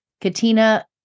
Katina